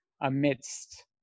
amidst